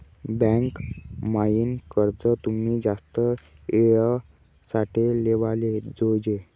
bank म्हाईन कर्ज तुमी जास्त येळ साठे लेवाले जोयजे